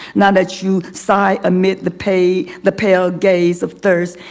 now that you sigh amid the pay, the pale gaze of thirst.